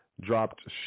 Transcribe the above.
dropped